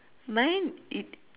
mine it